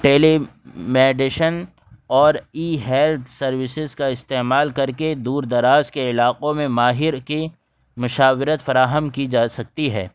ٹیلی medicine اور e health services کا استعمال کر کے دور دراز کے علاقوں میں ماہر کی مشاورت فراہم کی جا سکتی ہے